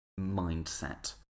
mindset